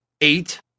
eight